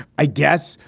i guess,